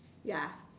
ya